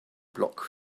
block